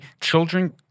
children